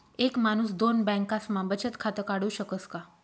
एक माणूस दोन बँकास्मा बचत खातं काढु शकस का?